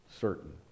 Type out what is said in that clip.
certain